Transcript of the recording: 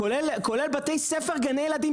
כולל בתי ספר וגני ילדים.